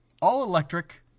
All-electric